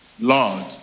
Lord